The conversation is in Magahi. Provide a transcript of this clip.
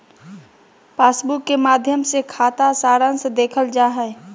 पासबुक के माध्मय से खाता सारांश देखल जा हय